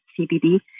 CBD